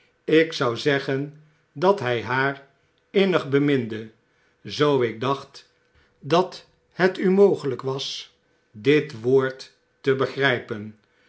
ik zou zeggen dat hy haar innig beminde zoo ik daoht dat het u mogelyk was dit woord te begrypen